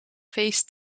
feest